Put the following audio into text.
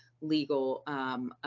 legal